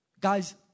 Guys